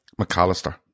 McAllister